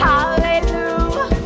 Hallelujah